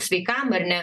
sveikam ar ne